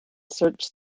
search